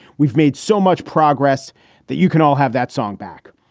we've made so much progress that you can all have that song back.